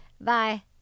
Bye